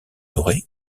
dorée